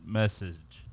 message